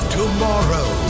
tomorrow